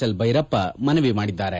L Bhyrappa ಮನವಿ ಮಾಡಿದ್ದಾರೆ